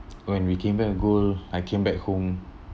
when we came back a gold I came back home